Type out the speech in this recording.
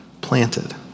planted